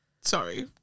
sorry